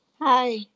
Hi